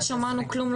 לא שמענו כלום,